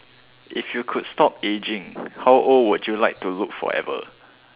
if you could stop ageing how old would you like to look forever